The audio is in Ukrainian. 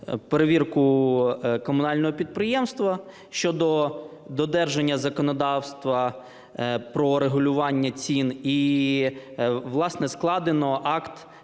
перевірку комунального підприємства щодо додержання законодавства про регулювання цін і, власне, складено акт